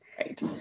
Right